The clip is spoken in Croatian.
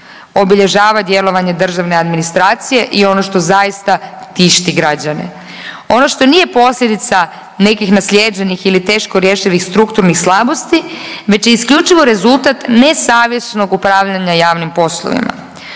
obilježava djelovanje državne administracije i ono što tišti građane. Ono što nije posljedica nekih naslijeđenih ili teško rješivih strukturnih slabosti već je isključivo rezultat nesavjesnog upravljanja javnim poslovima.